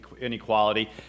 inequality